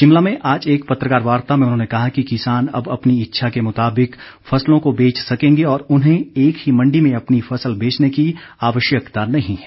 शिमला में आज एक पत्रकार वार्ता में उन्होंने कहा कि किसान अब अपनी इच्छा के मुताबिक फसलों को बेच सकेंगे और उन्हें एक ही मण्डी में अपनी फसल बेचने की आवश्यकता नहीं है